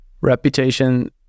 Reputation